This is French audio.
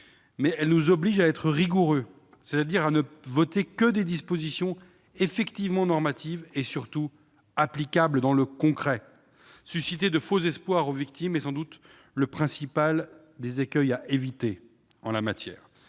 mais elle nous oblige à être rigoureux, c'est-à-dire à ne voter que des dispositions effectivement normatives et, surtout, applicables concrètement. Susciter de faux espoirs chez les victimes est sans doute le principal des écueils que nous devons